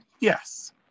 yes